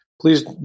please